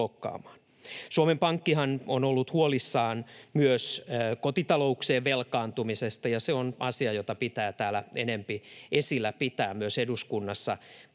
Suomen Pankkihan on ollut huolissaan myös kotitalouksien velkaantumisesta, ja se on asia, jota pitää täällä enempi esillä pitää, myös eduskunnassa.